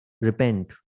Repent